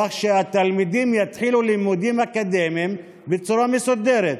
כך שהתלמידים יתחילו לימודים אקדמיים בצורה מסודרת?